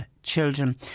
Children